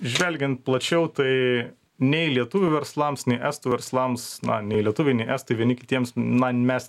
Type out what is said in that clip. žvelgiant plačiau tai nei lietuvių verslams nei estų verslams nei lietuviai nei estai vieni kitiems na mes